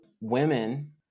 women